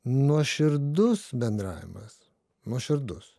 nuoširdus bendravimas nuoširdus